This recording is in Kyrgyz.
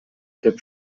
деп